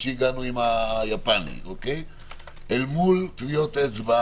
שהגענו עם היפנים אל מול טביעות אצבע